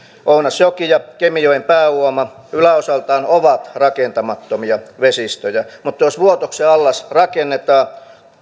ounasjoki ja kemijoen pääuoma yläosaltaan ovat rakentamattomia vesistöjä mutta jos vuotoksen allas rakennetaan